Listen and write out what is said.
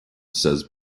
says